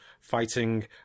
fighting